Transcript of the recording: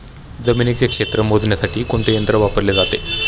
जमिनीचे क्षेत्र मोजण्यासाठी कोणते यंत्र वापरले जाते?